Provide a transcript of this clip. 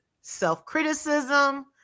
self-criticism